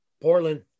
Portland